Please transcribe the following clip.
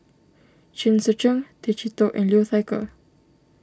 Chen Sucheng Tay Chee Toh and Liu Thai Ker